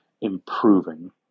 improving